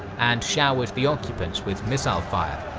and showered the occupants with missile fire.